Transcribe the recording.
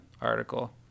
article